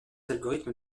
algorithmes